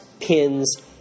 pins